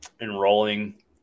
enrolling